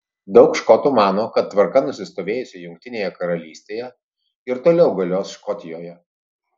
daug škotų mano kad tvarka nusistovėjusi jungtinėje karalystėje ir toliau galios škotijoje